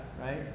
right